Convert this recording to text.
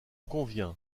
conviens